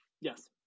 Yes